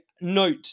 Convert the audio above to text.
note